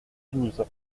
douze